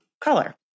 color